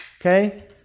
Okay